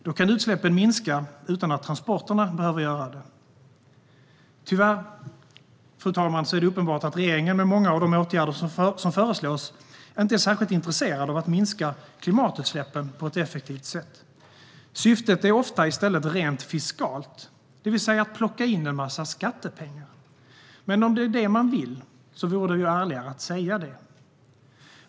Då kan utsläppen minska utan att transporterna behöver göra det. Tyvärr, fru talman, är det uppenbart att regeringen med många av de åtgärder som föreslås inte är särskilt intresserade av att minska klimatutsläppen på ett effektivt sätt. Syftet är ofta i stället rent fiskalt, det vill säga att plocka in en massa skattepengar. Men om det är det man vill vore det ju ärligare att säga det.